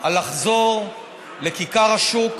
על לחזור לכיכר השוק,